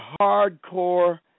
hardcore